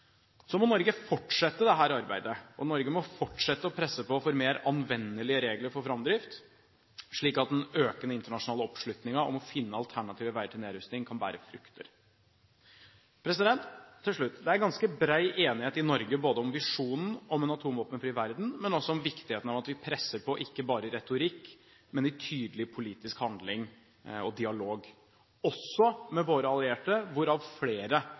Så må Norge fortsette dette arbeidet. Norge må fortsette å presse på for mer anvendelige regler for framdrift, slik at den økende internasjonale oppslutningen om å finne alternative veier til nedrustning kan bære frukter. Til slutt: Det er ganske bred enighet i Norge både om visjonen om en atomvåpenfri verden og om viktigheten av at vi presser på ikke bare når det gjelder retorikk, men i tydelig politisk handling og dialog – også med våre allierte, hvorav flere